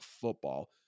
football